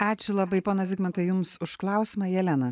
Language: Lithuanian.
ačiū labai ponas zigmantai jums už klausimą jelena